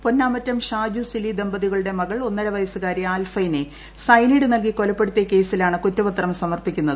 പൊന്നാമറ്റം ഷാജു സിലി ദമ്പതികളുടെ മകൾ ഒന്നര വയസുകാരി ആൽഫൈനെ സയനൈഡ് നൽകി കൊലപ്പെടുത്തിയ കേസിലാണ് കുറ്റപത്രം സമർപ്പിക്കുന്നത്